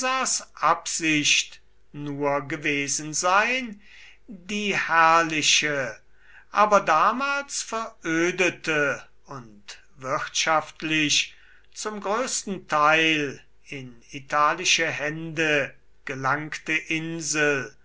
absicht nur gewesen sein die herrliche aber damals verödete und wirtschaftlich zum größten teil in italische hände gelangte insel